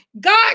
God